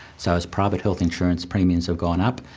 so as private health insurance premiums have gone up,